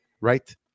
right